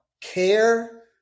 care